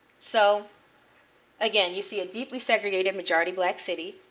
so again, you see a deeply segregated majority black city.